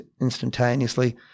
instantaneously